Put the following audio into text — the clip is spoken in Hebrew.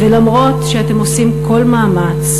ואף שאתם עושים כל מאמץ,